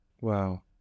Wow